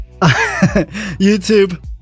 YouTube